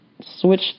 switch